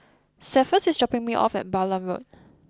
Cephus is dropping me off at Balam Road